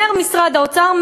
אומר משרד האוצר: